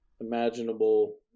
imaginable